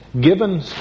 given